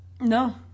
No